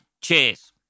Cheers